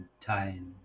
time